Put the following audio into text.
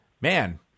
Man